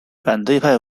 反对派